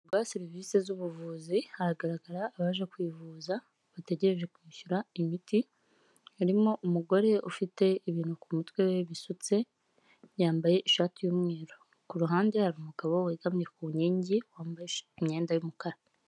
Guha serivisi z'ubuvuzi haragaragara abaje kwivuza, bategereje kwishyura imiti, harimo umugore ufite ibintu ku mutwe we bisutse, yambaye ishati y'umweru, kuruhande hari umugabo wegamye ku nkingi, wambaye imyenda y'umukara.